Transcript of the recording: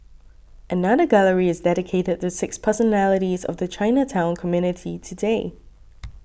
another gallery is dedicated to six personalities of the Chinatown community today